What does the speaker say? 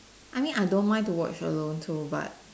I mean I don't mind to watch alone so but